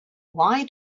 why